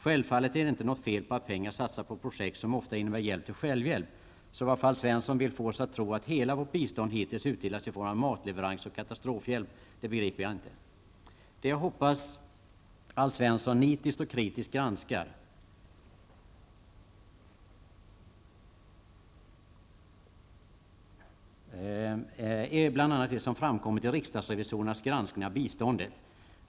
Självfallet är det inte fel att pengar satsas på projekt som ofta innebär hjälp till självhjälp. Så varför Alf Svensson vill få oss att tro att hela vårt bistånd hittills utdelats i form av matleveranser och katastrofhjälp begriper jag inte. Det jag hoppas att Alf Svensson nitiskt och kritiskt granskar är bl.a. det som framkommit i riksdagsrevisorernas granskning av biståndet.